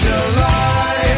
July